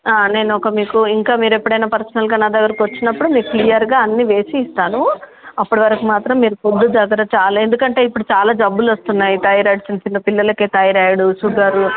నేను ఒక మీకు ఇంకా మీరు ఎప్పుడైనా పర్సనల్గా నా దగ్గరకి వచ్చినప్పుడు మీకు క్లియర్గా అన్ని వేసి ఇస్తాను అప్పటివరకు మాత్రం మీరు ఫుడ్డు చాలా ఎందుకంటే ఇప్పుడు చాలా జబ్బులు వస్తున్నాయి థైరాయిడ్ చిన్న చిన్న పిల్లలకి థైరాయిడ్ షుగరు